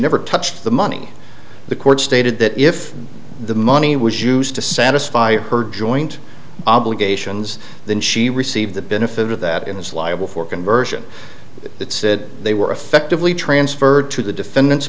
never touched the money the court stated that if the money was used to satisfy her joint obligations than she received the benefit of that in his liable for conversion it said they were effectively transferred to the defendant's